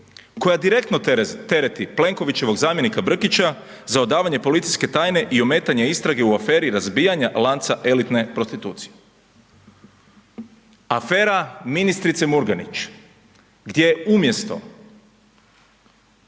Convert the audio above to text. koja direktno tereti Plenkovićevog zamjenika Brkića za odavanje policijske tajne i ometanja istrage u aferi razbijanja lanca elitne prostitucije. Afera ministrice Murganić, gdje umjesto